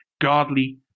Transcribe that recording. godly